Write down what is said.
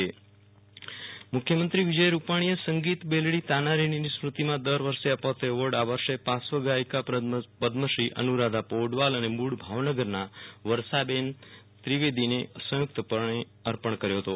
Viral Rana Tanariri award મુખ્યમંત્રીશ્રી વિજય રૂપાણીએ સંગીત બેલડી તાના રીરીની સ્મૃતિમાં દર વર્ષે અપાતો એવોર્ડ આ વર્ષે પાશ્વગાથિકા પદ્મશ્રી અનુરાધા પોંડવાલ અને મૂળ ભાવનગરના વર્ષાબહેન ત્રિવેદીને સંયુકતપણે અર્પણ કર્યુ હતું